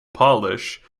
polish